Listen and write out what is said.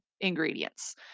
ingredients